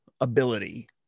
ability